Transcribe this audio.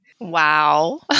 Wow